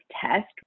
test